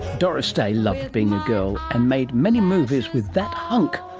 doris day loved being a girl, and made many movies with that hunk,